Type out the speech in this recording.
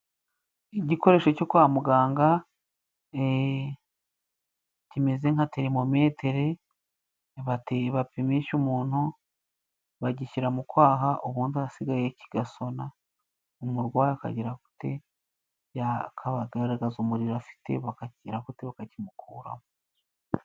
igikoresho cyo kwa muganga kimeze nka terimometeri bapimisha umuntu. Bagishyira mu kwaha ubundi ahasigaye kigasona umurwayi akagira gute? Akagaragaza umuriro afite. Bakakigira gute? Bakakimukuramo.